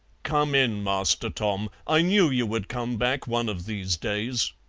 come in, master tom. i knew you would come back one of these days.